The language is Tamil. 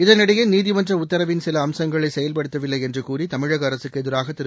இதனிடையே நீதிமன்ற உத்தரவின் சில அம்சங்களை செயல்படுத்தவில்லை என்று கூறி தமிழக அரசுக்கு எதிராக திரு